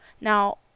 Now